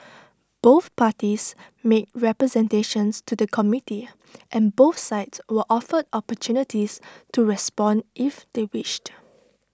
both parties made representations to the committee and both sides were offered opportunities to respond if they wished